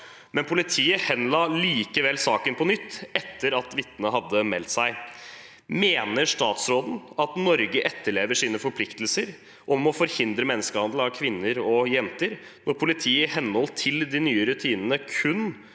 Politiet henla likevel saken på nytt, etter at vitnet hadde meldt seg. Mener statsråden at Norge etterlever sine forpliktelser om å forhindre menneskehandel av kvinner og jenter, når politiet i henhold til de nye rutinene kun